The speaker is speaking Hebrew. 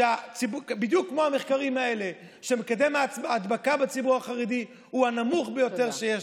בדיוק כמו המחקרים האלה: מקדם ההדבקה בציבור החרדי הוא הנמוך ביותר שיש.